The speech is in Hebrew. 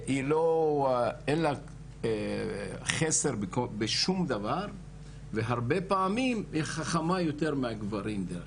אין לה חסר בשום דבר והרבה פעמים היא חכמה יותר מהגברים.